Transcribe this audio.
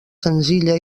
senzilla